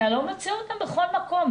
אתה לא מוצא אותם בכל מקום.